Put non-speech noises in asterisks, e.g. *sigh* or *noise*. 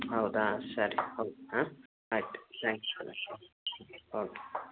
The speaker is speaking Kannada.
ಹೌದಾ ಸರಿ *unintelligible* ಆಂ ಆಯ್ತು ತ್ಯಾಂಕ್ ಯು ಓಕೆ